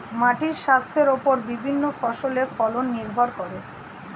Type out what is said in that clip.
মাটির স্বাস্থ্যের ওপর বিভিন্ন ফসলের ফলন নির্ভর করে